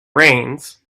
rains